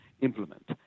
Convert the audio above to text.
implement